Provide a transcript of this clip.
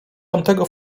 tamtego